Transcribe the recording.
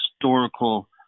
historical